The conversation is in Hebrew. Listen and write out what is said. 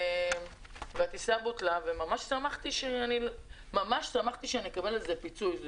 והטיסה בוטלה, וממש שמחתי שאקבל על זה פיצוי.